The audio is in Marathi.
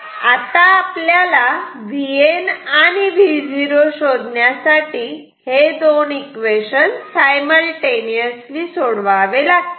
आता आपल्याला Vn आणि Vo शोधण्यासाठी हे दोन इक्वेशन सायमलटेनिसली सोडवावे लागतील